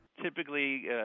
Typically